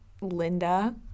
Linda